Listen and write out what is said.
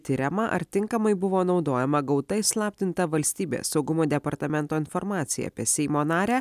tiriama ar tinkamai buvo naudojama gauta įslaptinta valstybės saugumo departamento informacija apie seimo narę